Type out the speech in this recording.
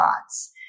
thoughts